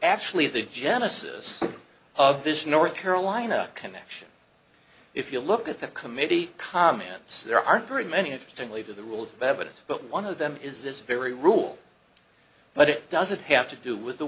actually the genesis of this north carolina connection if you look at the committee comments there aren't very many interesting leave of the rules of evidence but one of them is this very rule but it doesn't have to do with the